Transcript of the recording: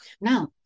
Now